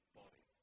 body